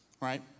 right